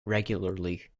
regularly